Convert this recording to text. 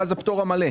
ואז הפטור המלא.